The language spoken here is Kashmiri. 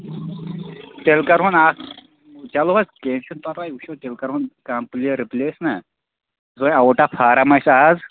تیٚلہِ کَرٕ ہُن اَکھ چلو حظ کیٚنہہ چھُنہٕ پرواے وُچھٕو تیٚلہِ کَرٕہُن کانٛہہ پٕلیر رٕپلیس نہ یُس آوُٹ آف فارَم آسہِ آز